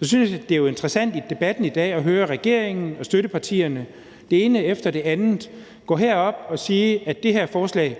Jeg synes, det er interessant i debatten i dag at høre regeringen og støttepartierne, det ene efter det andet, gå herop og sige, at det her forslag